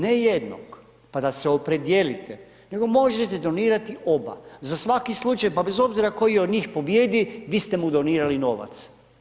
Ne jednog pa da se opredijelite nego možete donirati oba za svaki slučaj pa bez obzira koji od njih pobijedi, vi ste mu donirali novac.